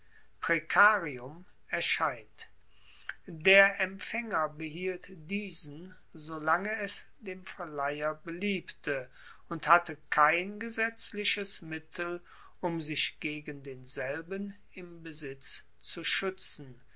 erscheint der empfaenger behielt diesen solange es dem verleiher beliebte und hatte kein gesetzliches mittel um sich gegen denselben im besitz zu schuetzen